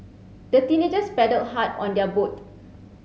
the teenagers paddled hard on their boat